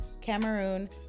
Cameroon